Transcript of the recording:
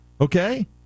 Okay